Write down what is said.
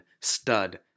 stud